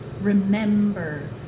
remember